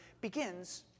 begins